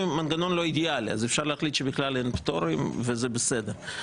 המנגנון לא אידיאלי אז אפשר להחליט שבכלל אין פטורים וזה בסדר.